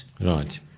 Right